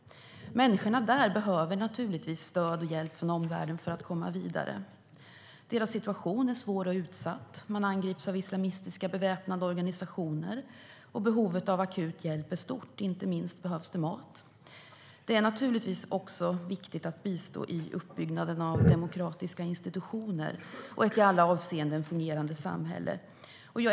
Människorna där behöver naturligtvis stöd och hjälp från omvärlden för att komma vidare. Deras situation är svår och utsatt. De angrips av beväpnade islamistiska organisationer, och behovet av akut hjälp är stort. Inte minst behövs mat. Det är givetvis viktigt att också bistå i uppbyggnaden av demokratiska institutioner och ett i alla avseenden fungerande samhälle.